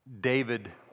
David